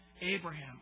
Abraham